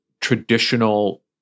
traditional